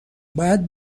باید